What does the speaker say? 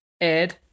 Ed